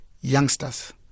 youngsters